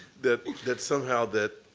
that that somehow that